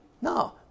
No